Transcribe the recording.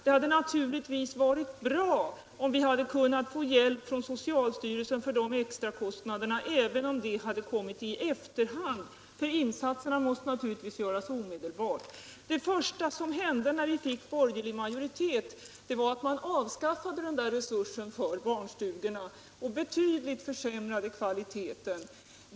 Det hade varit bra om vi hade kunnat få hjälp från socialstyrelsen för de extra kostnaderna, även om den hade kommit i efterhand. Insatserna måste naturligtvis göras omedelbart. Det första som hände när det blev borgerlig majoritet var att man avskaffade den här resursen för barnstugorna och betydligt försämrade kvaliteten.